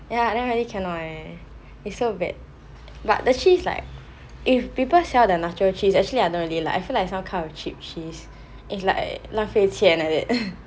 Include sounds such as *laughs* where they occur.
ya that one really can leh is so bad but the cheese like if people sell the nacho cheese actually I don't really like I feel like some kind of cheap cheese it's like 浪费钱 like that *laughs*